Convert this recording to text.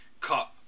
cut